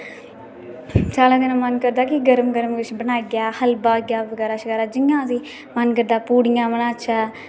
स्याले दे दिने च मन करदा कि गर्म गर्म किश बनाइये हलवा होई गया बगैरा शगैरा जियां आसे ृगी मन करदा पुडियां बनाचै